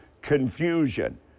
confusion